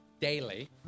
daily